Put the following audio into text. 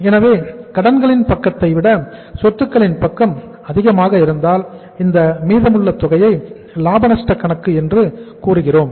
எனவே கடன்களின் பக்கத்தை விட சொத்துக்களின் பக்கம் அதிகமாக இருந்தால் அந்த மீதமுள்ள தொகையை லாப நஷ்டம் கணக்கு என்று கூறுகிறோம்